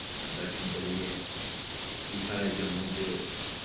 दर्शन करियै फ्ही साढ़े जम्मू च